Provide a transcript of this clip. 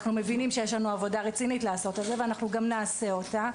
אנחנו מבינים שיש לנו עבודה רצינית לעשות על זה ואנחנו גם נעשה אותה.